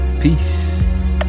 Peace